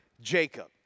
Jacob